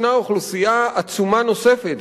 ישנה אוכלוסייה עצומה נוספת,